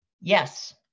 Yes